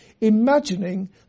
imagining